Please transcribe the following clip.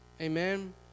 Amen